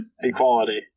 Equality